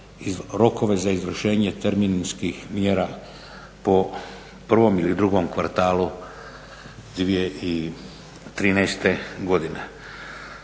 rokove za izvršenje terminskih mjera po prvom ili drugom kvartalu 2013. godine.